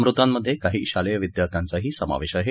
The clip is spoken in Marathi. मृतांमधे काही शालेय विद्यार्थ्यांचाही समावेश आहे